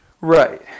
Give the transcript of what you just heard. Right